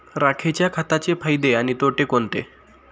राखेच्या खताचे फायदे आणि तोटे कोणते?